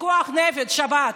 פיקוח נפש, שבת.